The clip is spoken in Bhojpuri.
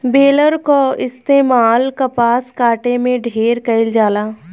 बेलर कअ इस्तेमाल कपास काटे में ढेर कइल जाला